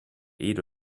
edo